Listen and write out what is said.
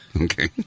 okay